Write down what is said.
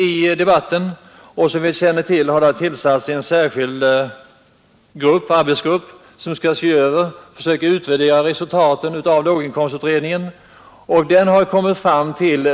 I debatten har låginkomstutredningen åberopat till har en särskild arbetsgrupp tillsatts som skall och som alla känner a utvärdera de resultat som låginkomstutredningen kommit fram till.